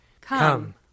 Come